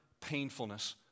painfulness